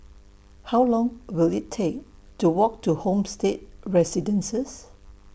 How Long Will IT Take to Walk to Homestay Residences